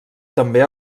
també